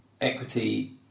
Equity